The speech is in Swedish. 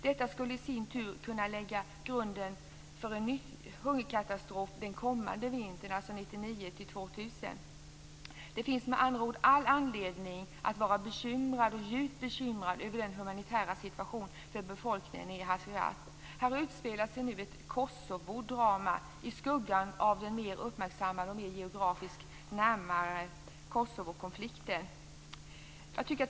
Detta skulle i sin tur kunna lägga grunden för en ny hungerkatastrof den kommande vintern 1999/2000. Det finns med andra ord all anledning att vara djupt bekymrad över den humanitära situationen för befolkningen i Hazarajat. Här utspelas nu ett Kosovodrama i skuggan av den mer uppmärksammade och geografiskt närmare Kosovokonflikten.